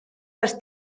les